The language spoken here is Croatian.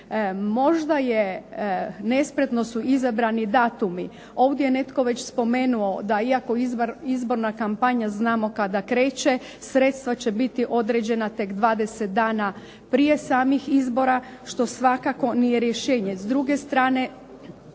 Možda je, nespretno su izabrani datumi. Ovdje je netko već spomenuo da iako izborna kampanja znamo kada kreće sredstva će biti određena tek 20 dana prije samih izbora što svakako nije rješenje.